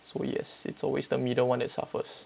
so yes it's always the middle one that suffers